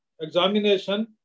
examination